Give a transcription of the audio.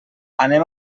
anem